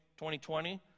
2020